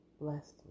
Blessed